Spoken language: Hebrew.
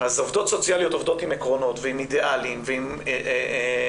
אז עובדות סוציאליות עובדות עם עקרונות ועם אידיאלים ועם שליחות,